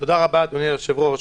תודה רבה, אדוני היושב-ראש.